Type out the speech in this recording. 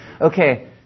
okay